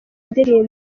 ndirimbo